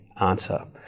Answer